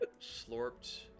slorped